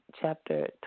chapter